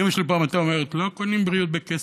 אימא שלי פעם הייתה אומרת: לא קונים בריאות בכסף.